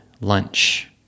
lunch